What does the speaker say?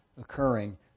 occurring